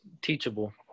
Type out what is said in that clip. teachable